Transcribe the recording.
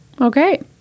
Okay